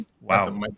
Wow